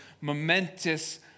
momentous